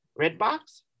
Redbox